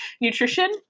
nutrition